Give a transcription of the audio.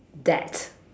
that